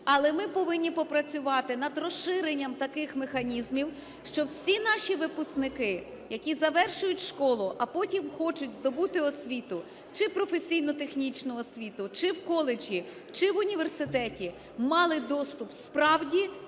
Але ми повинні попрацювати над розширенням таких механізмів, щоб всі наші випускники, які завершують школу, а потім хочуть здобути освіту: чи професійно-технічну освіту, чи в коледжі, чи в університеті, - мали доступ справді